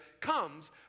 comes